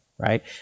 Right